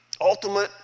ultimate